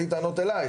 אין לי טענות אלייך,